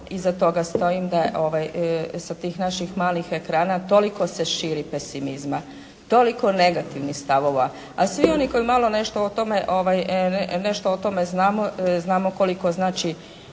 iza toga stojim da sa tih naših malih ekrana toliko se širi pesimizma, toliko negativnih stavova. A svi oni koji malo nešto o tome nešto o tome znamo,